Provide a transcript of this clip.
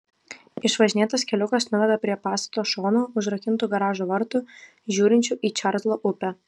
išvažinėtas keliukas nuvedė prie pastato šono užrakintų garažo vartų žiūrinčių į čarlzo upę